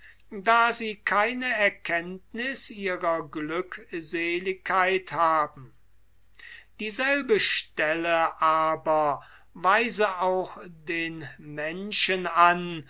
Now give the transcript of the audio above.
da sie keine erkenntniß ihrer glückseligkeit haben dieselbe stelle weise auch den menschen an